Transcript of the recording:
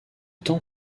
temps